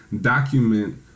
document